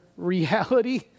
Reality